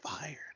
fired